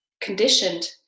conditioned